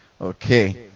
okay